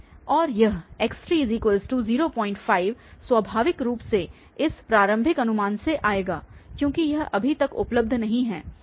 और यह x305 स्वाभाविक रूप से इस प्रारंभिक अनुमान से आएगा क्योंकि यह अभी तक उपलब्ध नहीं है